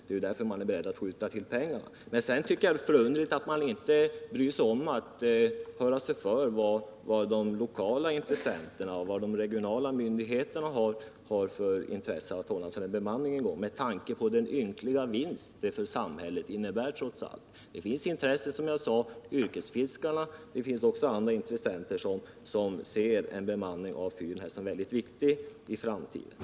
Sedan tycker jag att det är förunderligt att regeringen inte bryr sig om att höra efter vad de lokala intressenterna och de regionala myndigheterna tycker, detta med tanke på den ynkliga vinst en avbemanning trots allt innebär för samhället. Yrkesfiskarna och även andra intressenter ser en bemanning av fyren även i framtiden som någonting mycket viktigt.